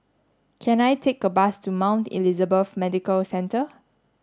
can I take a bus to Mount Elizabeth Medical Centre